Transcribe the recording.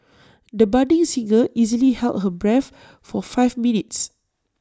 the budding singer easily held her breath for five minutes